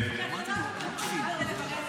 סליחה.